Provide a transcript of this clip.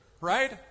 right